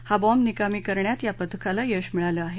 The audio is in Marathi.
हा बॉम्ब निकामी करण्यात या पथकाला यश मिळालं आहे